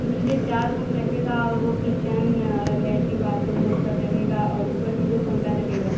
नीचे चार रूम रहेगा और वह किचन लेट्रिन बाथरूम यह सब रहेगा और ऊपर भी दो कमरे रहेंगे